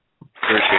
Appreciate